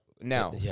Now